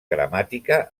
gramàtica